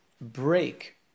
break